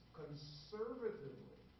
conservatively